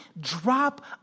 drop